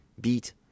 beat